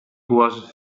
was